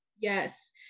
Yes